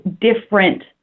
different